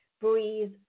breathe